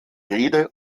rede